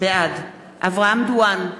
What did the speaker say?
בעד אברהם דואן,